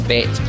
Bet